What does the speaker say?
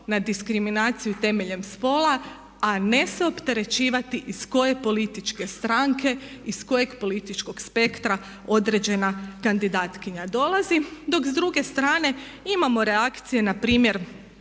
na diskriminaciju temeljem spola, a ne se opterećivati iz koje političke stranke, iz političkog spektra određena kandidatkinja dolazi. Dok s druge strane imamo reakcije na primjer